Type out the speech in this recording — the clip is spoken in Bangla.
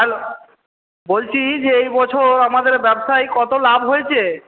হ্যালো বলছি যে এই বছর আমাদের ব্যবসায় কত লাভ হয়েছে